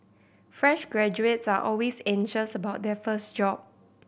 fresh graduates are always anxious about their first job